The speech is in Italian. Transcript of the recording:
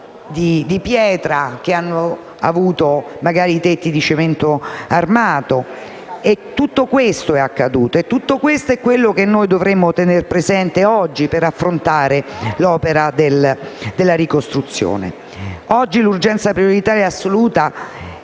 di pietra ricoperte di tetti di cemento armato. Tutto questo è accaduto e tutto questo è quanto noi dovremo tener presente per affrontare l'opera della ricostruzione. Oggi l'urgenza prioritaria e assoluta